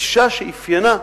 לגישה שאפיינה,